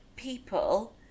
people